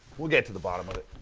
we'll get to the bottom of it.